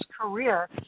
career